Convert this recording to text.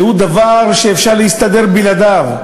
דבר שאפשר להסתדר בלעדיו.